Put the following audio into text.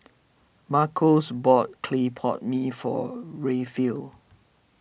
Marcos bought Clay Pot Mee for Rayfield